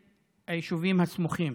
השנייה ובקריאה השלישית.